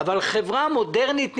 אבל חברה מודרנית נמדדת,